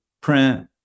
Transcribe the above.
print